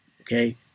Okay